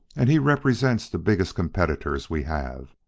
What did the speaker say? and he represents the biggest competitors we have.